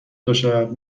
تاشب